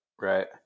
right